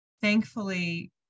thankfully